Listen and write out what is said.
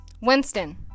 Winston